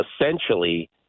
essentially